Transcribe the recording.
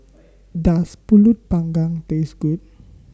Does Pulut Panggang Taste Good